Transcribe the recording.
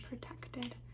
protected